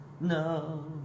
No